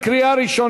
הצבעה בקריאה ראשונה.